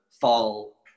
fall